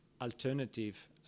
alternative